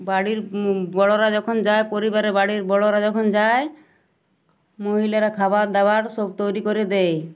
বাড়ির বড়োরা যখন যায় পরিবারের বাড়ির বড়োরা যখন যায় মহিলারা খাবার দাবার সব তৈরি করে দেয়